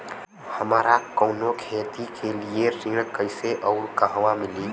हमरा कवनो खेती के लिये ऋण कइसे अउर कहवा मिली?